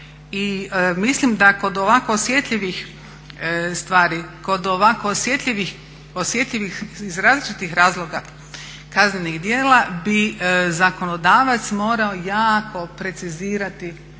mislim da kod ovako osjetljivih stvari, kod ovako osjetljivih iz različitih razloga kaznenih djela bi zakonodavac morao jako precizirati